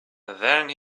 then